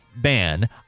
ban